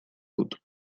dut